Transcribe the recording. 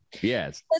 Yes